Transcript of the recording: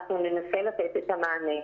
ננסה לתת את המענה.